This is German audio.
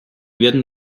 werden